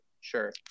sure